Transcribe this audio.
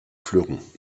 fleurons